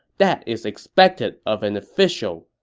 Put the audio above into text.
that is expected of an official.